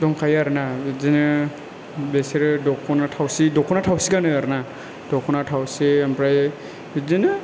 दंखायो आरो ना बिदिनो बिसोरो दख'ना थावसि दख'ना थावसि गानो आरोना दख'ना थावसि ओमफ्राय बिदिनो